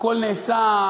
הכול נעשה,